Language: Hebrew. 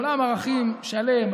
עולם ערכים שלם.